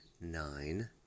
nine